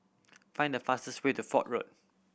find the fastest way to Fort Road